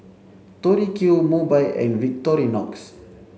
Tori Q Mobike and Victorinox